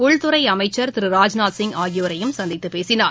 உள்துறைஅமைச்சர் திரு ராஜ்நாத்சிங் ஆகியோரையும் ச்ந்தித்துபேசினார்